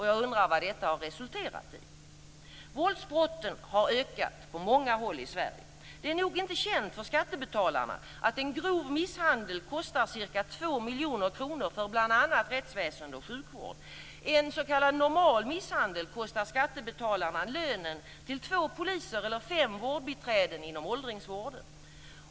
Jag undrar vad detta har resulterat i. Våldsbrotten har ökat på många håll i Sverige. Det är nog inte känt för skattebetalarna att en grov misshandel kostar cirka 2 miljoner kronor för bl.a. rättsväsende och sjukvård. En s.k. normal misshandel kostar skattebetalarna lönen till två poliser eller fem vårdbiträden inom åldringsvården.